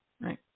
Right